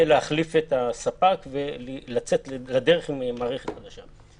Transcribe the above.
להחליף את הספק ולצאת לדרך עם מערכת חדשה.